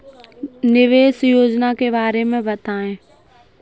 निवेश योजना के बारे में बताएँ?